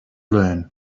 learn